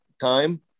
time